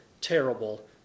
terrible